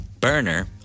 Burner